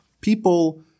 People